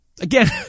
Again